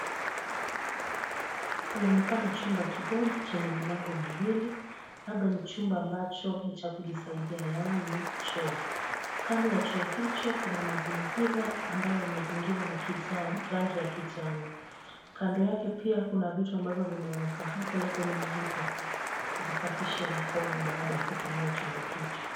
Panaonekana chumba kidogo chenye milango miwili labda ni chumba ambacho ni cha kujisaidia yaani choo. Kando na choo hicho kuna mazingira ambayo yamezingirwa na kijani rangi ya kijani. Kando yake pia kuna vitu ambavyo vimewekwa hapo labda ni mahali pa kujisafisha mkono baada ya kutumia chumba hicho.